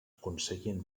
aconseguien